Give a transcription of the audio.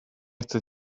chce